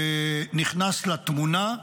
נכנס לתמונה,